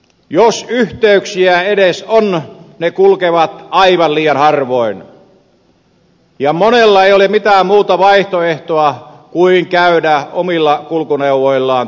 jos yhteyksiä edes on ne kulkevat aivan liian harvoin ja monella ei ole mitään muuta vaihtoehtoa kuin käydä omilla kulkuneuvoillaan töissä